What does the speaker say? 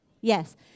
yes